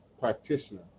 practitioner